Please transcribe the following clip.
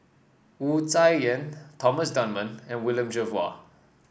Wu Tsai Yen Thomas Dunman and William Jervois